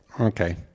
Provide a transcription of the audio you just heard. Okay